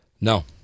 No